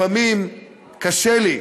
לפעמים קשה לי,